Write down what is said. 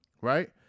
Right